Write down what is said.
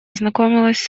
ознакомилась